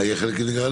מה יהיה חלק אינטגרלי?